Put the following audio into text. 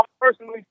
personally